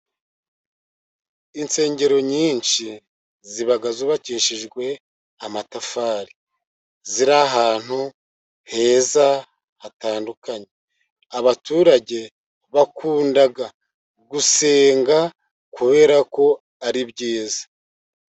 Insengero nyinshi, ziba zubakishijwe amatafari. Ziri ahantu heza hatandukanye. Abaturage bakunda gusenga, kubera ko ari byiza.